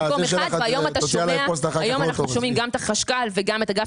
היום אנו שומעים גם את החשכ"ל וגם את אגף